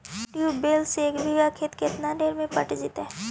Tubewell से एक बिघा खेत केतना देर में पटैबए जितै?